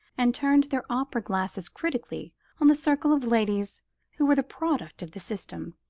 and turned their opera-glasses critically on the circle of ladies who were the product of the system.